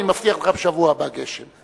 מבטיח לך שבשבוע הבא ירד גשם.